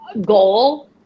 goal